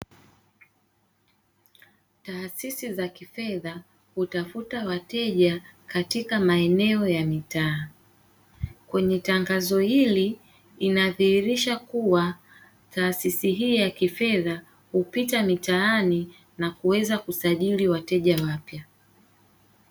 Taasisi za kifedha hutafuta wateja katika maeneo ya mitaa, kwenye tangazo hili linadhihirisha kuwa taasisi hii ya kifedha hupita mitaani na kuweza kusajili wateja wapya.